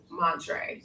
mantra